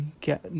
get